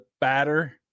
batter